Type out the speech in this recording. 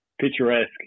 picturesque